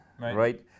right